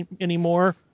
anymore